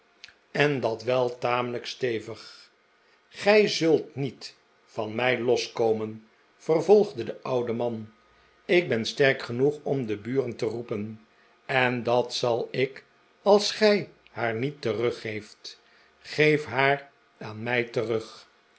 en dat wel tamelijk stevig gij zult niet van mij loskomen vervolgde de oude man ik ben sterk genoeg om de buren te roepen en dat zal ik als gij haar niet teruggeeft geef haar aan mij terug